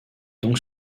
donc